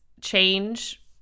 change